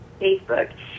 Facebook